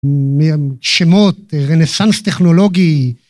שמות רנסאנס טכנולוגי.